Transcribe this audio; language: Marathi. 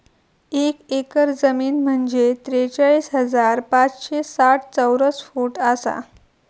एक एकर जमीन म्हंजे त्रेचाळीस हजार पाचशे साठ चौरस फूट आसा